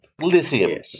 Lithium